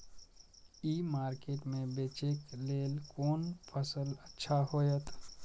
ई market में बेचेक लेल कोन फसल अच्छा होयत?